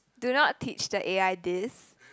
do not teach the a_i this